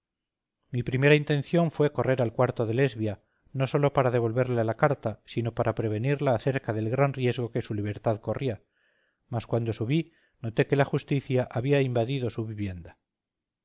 mi primera intención fue correr al cuarto de lesbia no sólo para devolverle la carta sino para prevenirla acerca del gran riesgo que su libertad corría mas cuando subí noté que la justicia había invadido su vivienda